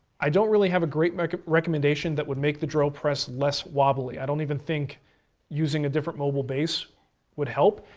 i don't really have a great recommendation that would make the drill press less wobbly. i don't even think using a different mobile base would help.